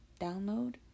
download